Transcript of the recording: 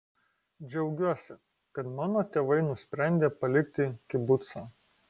džiaugiuosi kad mano tėvai nusprendė palikti kibucą